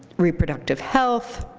reproductive health,